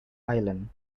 islands